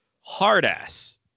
hard-ass